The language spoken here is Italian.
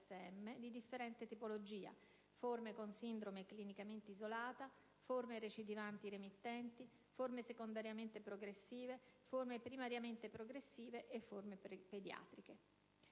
sclerosi multipla di differente tipologia: forme con sindrome clinicamente isolata (CIS), forme recidivanti-remittenti (RR), forme secondariamente progressive (SP), forme primariamente progressive (PP) e forme pediatriche;